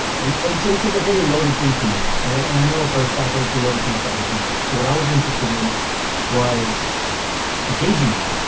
and so it's like a very loaded thing for me. and and and i know for a fact that it's a loaded thing for other people. so what i was interested in was gauging that,